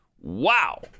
Wow